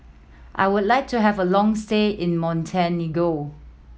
I would like to have a long stay in Montenegro